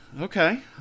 Okay